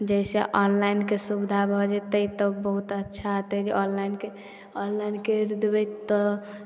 जइसे ऑनलाइनके सुविधा भऽ जेतै तऽ बहुत अच्छा हेतै जे ऑनलाइनके ऑनलाइन करि देबै तऽ